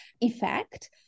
effect